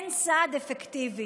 אין סעד אפקטיבי,